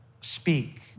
speak